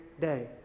day